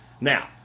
Now